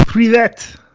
Privet